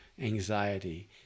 anxiety